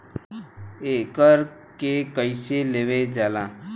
एकरके कईसे लेवल जाला?